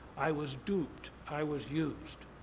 i was duped, i was used.